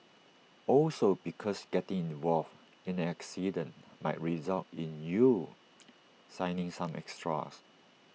also because getting involved in an incident might result in you signing some extras